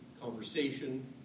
conversation